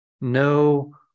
No